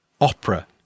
opera